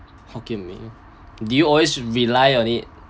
hokkien mee do you always rely on it